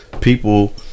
people